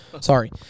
Sorry